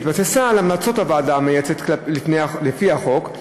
שהתבססה על המלצות הוועדה המייעצת לפי החוק,